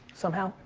somehow?